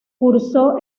cursó